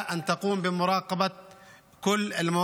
מי החליט שדווקא שירות ביטחון כללי?